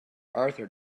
arthur